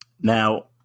Now